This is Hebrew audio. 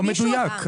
לא מדויק.